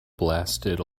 blasted